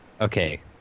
Okay